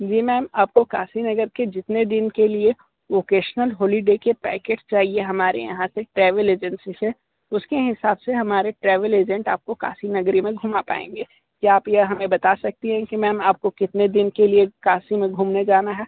जी ma'am आपको काशी नगर के जितने दिन के लिए ऑकेजनल हॉलिडे के पैकेज चाहिए हमारे यहाँ से ट्रेवल एजेंसी से उसके हिसाब से हमारे ट्रेवल एजेंट आपको काशी नगरी में घूमा पाएंगे क्या आप यह हमें बता सकती हैं कि मैम आपको कितने दिन के लिए काशी में घूमने जाना है